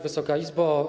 Wysoka Izbo!